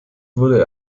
wurde